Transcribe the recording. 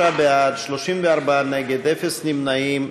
43 בעד, 34 נגד, אפס נמנעים.